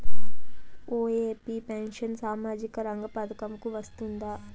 OAP pension సామాజిక రంగ పథకం కు వస్తుందా?